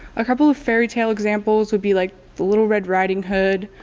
a couple of fairytale examples would be like little red riding hood,